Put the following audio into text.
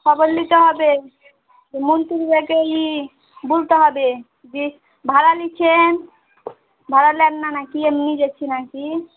খবর নিতে হবে হেমন্তদাকেই বলতে হবে যে ভাড়া নিয়েছেন ভাড়া নেন না নাকি এমনি যাচ্ছি নাকি